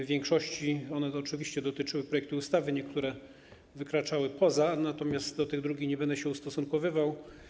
W większości one oczywiście dotyczyły projektu ustawy, niektóre wykraczały poza, do tych drugich nie będę się ustosunkowywał.